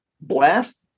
Blast